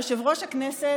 יושב-ראש הכנסת,